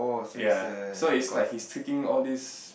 ya so it's like he's taking all these